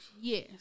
Yes